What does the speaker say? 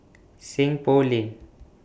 Seng Poh Lane